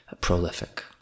Prolific